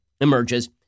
emerges